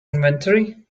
inventory